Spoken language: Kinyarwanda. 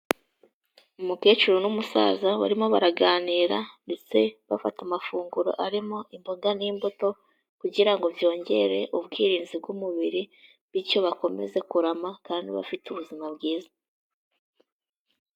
Umukecuru n'umusaza barimo baraganira ndetse bafata amafunguro arimo imboga n'imbuto, kugira ngo byongere ubwirinzi bw'umubiri, bityo bakomeze kurama kandi bafite ubuzima bwiza.